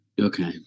Okay